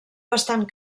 bastant